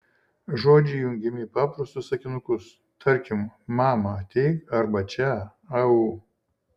žodžiai jungiami į paprastus sakinukus tarkim mama ateik arba čia au